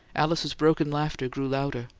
alice's broken laughter grew louder.